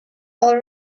all